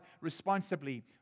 responsibly